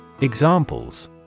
Examples